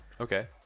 Okay